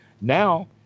now